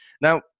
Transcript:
Now